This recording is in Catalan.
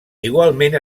igualment